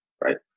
right